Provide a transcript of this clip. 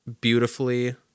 beautifully